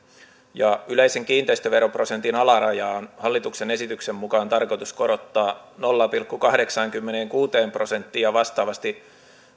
yleisen kiinteistöveroprosentin alarajaa on hallituksen esityksen mukaan tarkoitus korottaa nolla pilkku kahdeksaankymmeneenkuuteen prosenttiin ja vastaavasti